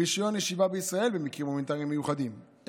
רישיון ישיבה בישראל במקרים הומניטריים מיוחדים,